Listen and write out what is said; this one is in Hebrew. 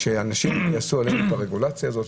שאנשים יעשו את הרגולציה הזאת,